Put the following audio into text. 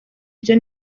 ibyo